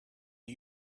are